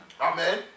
Amen